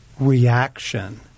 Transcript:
reaction